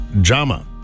Jama